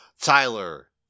Tyler